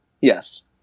Yes